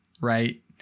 Right